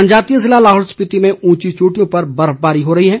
जनजातीय जिला लाहौल स्पीति में ऊंची चोटियों पर बर्फबारी हो रही है